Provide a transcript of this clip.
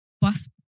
bus